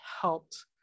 helped